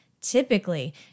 typically